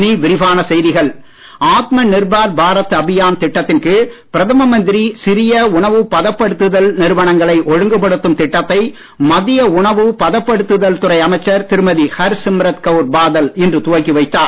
ஆத்ம நிர்பார் ஆத்ம நிர்பார் பாரத் அபியான் திட்டத்தின் கீழ் பிரதம மந்திரி சிறிய உணவு பதப்படுத்துதல் நிறுவனங்களை ஒழுங்கு படுத்தும் திட்டத்தை மத்திய உணவு பதப்படுத்துதல் துறை அமைச்சர் திருமதி ஹர்சிம்ரத் கவுர் பாதல் இன்று துவக்கி வைத்தார்